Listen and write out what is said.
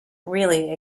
really